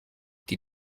die